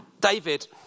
David